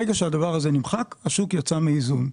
ברגע שהדבר הזה נמחק - השוק יצא מאיזון.